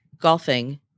golfing